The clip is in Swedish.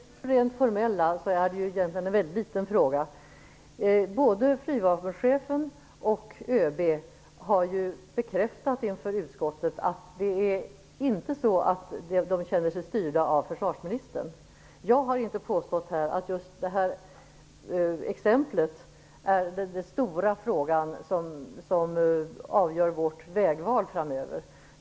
Fru talman! Det formella är ju egentligen en väldigt liten fråga. Både flygvapenchefen och ÖB har ju bekräftat inför utskottet att de inte känner sig styrda av försvarsministern. Jag har inte påstått här att just det här exemplet är den stora frågan som avgör vårt vägval framöver.